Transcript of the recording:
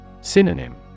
Synonym